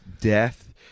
death